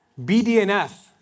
BDNF